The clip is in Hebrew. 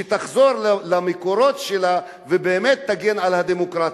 שתחזור למקורות שלה ובאמת תגן על הדמוקרטיה.